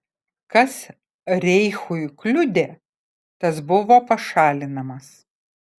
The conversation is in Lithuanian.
kas reichui kliudė tas buvo pašalinamas